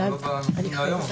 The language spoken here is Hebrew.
זה לא בנושאים להיום.